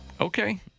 Okay